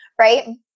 right